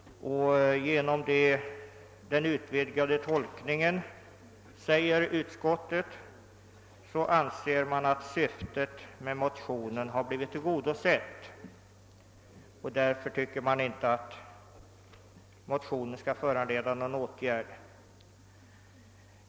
Genom denna utvidgade tolkning har enligt utskottets mening syftet med motionen blivit tillgodosett, varför denna inte bör föranleda någon åtgärd.